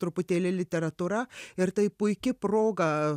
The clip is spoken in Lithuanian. truputėlį literatūra ir tai puiki proga